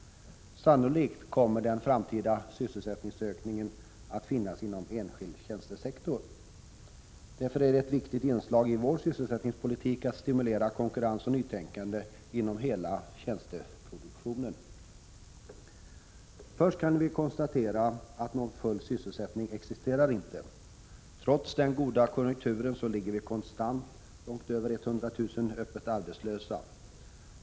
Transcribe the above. Sannolikt kommer den framtida sysselsättningsökningen att finnas inom enskild tjänstesektor. Därför är det ett viktigt inslag i vår sysselsättningspolitik att stimulera konkurrens och nytänkande inom hela tjänsteproduktionen. Först kan vi konstatera att någon full sysselsättning inte existerar. Trots den goda konjunkturen ligger vi konstant på långt över 100 000 öppet arbetslösa.